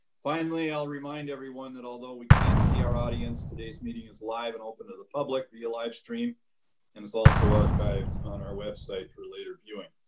finally, i'll remind everyone that although we can't see our audience, today's meeting is live and open to the public via livestream, and is also archived on our website for later viewing.